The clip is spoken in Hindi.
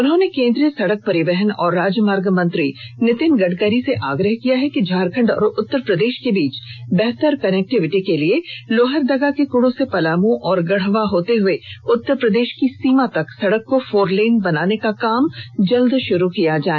उन्होंने केंद्रीय सड़क परिवहन और राजमार्ग मंत्री नितिन गडकरी से आग्रह किया है कि झारखंड और उत्तरप्रदेश के बीच बेहतर कनेक्टविटी के लिए लोहरदगा के कुड्र से पलामू और गढ़वा होते हुए उत्तरप्रदेश की सीमा तक की सड़क को फोरलेन बनाने का काम जल्द शुरू किया जाए